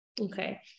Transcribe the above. Okay